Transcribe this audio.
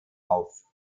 auf